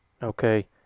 Okay